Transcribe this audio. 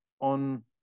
on